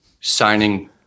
signing